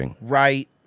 right